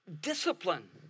discipline